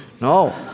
No